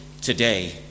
today